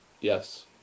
Yes